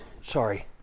sorry